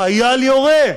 חייל יורה.